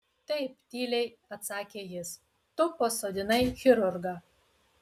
taip tyliai atsakė jis tu pasodinai chirurgą